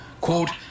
Quote